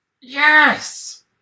yes